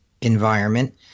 environment